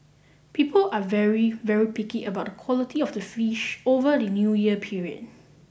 people are very very picky about the quality of the fish over the New Year period